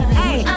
hey